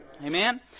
Amen